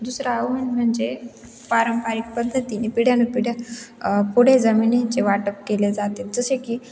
दुसरं आव्हान म्हणजे पारंपरिक पद्धतीने पिढ्यानुपिढ्या पुढे जमिनीचे वाटप केले जाते जसे की